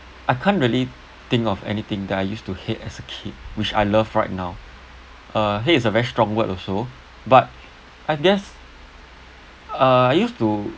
I can't really think of anything that I used to hate as a kid which I love right now uh hate is a very strong word also but I guess uh I used to